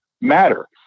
matter